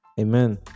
Amen